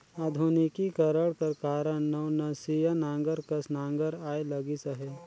आधुनिकीकरन कर कारन नवनसिया नांगर कस नागर आए लगिस अहे